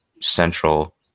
Central